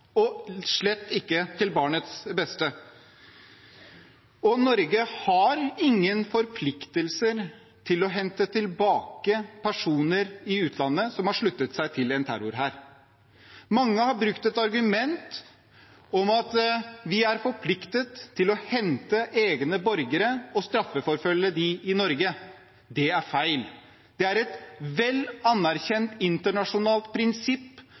og slett ikke til barnets beste. Norge har ingen forpliktelser til å hente tilbake personer i utlandet som har sluttet seg til en terrorhær. Mange har brukt et argument om at vi er forpliktet til å hente egne borgere og straffeforfølge dem i Norge. Det er feil. Et vel anerkjent internasjonalt prinsipp